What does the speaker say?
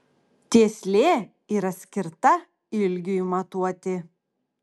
tieslė yra skirta ilgiui matuoti